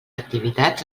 activitats